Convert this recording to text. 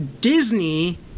Disney